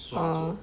orh